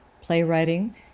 playwriting